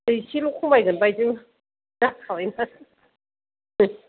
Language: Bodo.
एसेल' खमायगोनबायदि जाखाबाय माथो